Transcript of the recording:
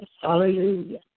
Hallelujah